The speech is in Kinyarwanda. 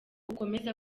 ukomeza